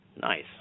Nice